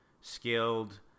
skilled